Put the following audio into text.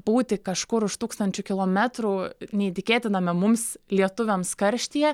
būti kažkur už tūkstančių kilometrų neįtikėtiname mums lietuviams karštyje